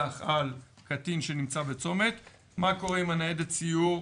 על קטין שנמצא בצומת - מה קורה עם ניידת הסיור,